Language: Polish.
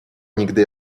nigdy